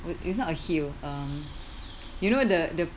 wh~ it's not a hill um you know the the